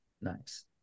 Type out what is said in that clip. Nice